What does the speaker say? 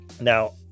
Now